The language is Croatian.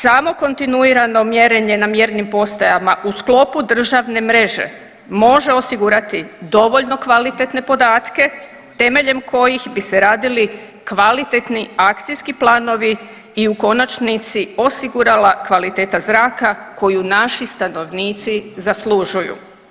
Samo kontinuirano mjerenje na mjernim postajama u sklopu državne mreže može osigurati dovoljno kvalitetne podatke temeljem kojih bi se radili kvalitetni akcijski planovi i u konačnici osigurala kvaliteta zraka koju naši stanovnici zaslužuju.